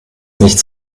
nichts